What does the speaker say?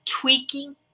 tweaking